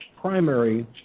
primary